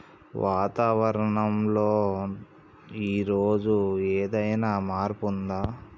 వాతావరణం లో ఈ రోజు ఏదైనా మార్పు ఉందా?